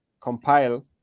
compile